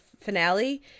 finale